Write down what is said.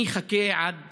אני אחכה עד